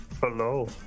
Hello